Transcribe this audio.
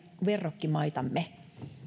verrokkimaitamme